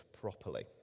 properly